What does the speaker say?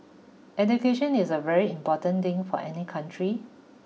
education is a very important thing for any country